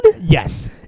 Yes